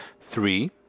Three